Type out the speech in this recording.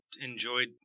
enjoyed